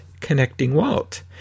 ConnectingWalt